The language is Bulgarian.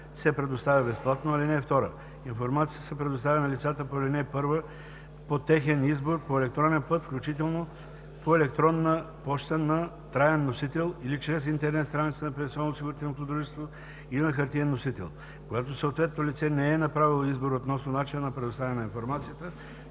се предоставя безплатно. (2) Информацията се предоставя на лицата по ал. 1 по техен избор по електронен път, включително по електронна поща, на траен носител или чрез интернет страницата на пенсионноосигурителното дружество, или на хартиен носител. Когато съответното лице не е направило избор относно начина на предоставяне на информацията,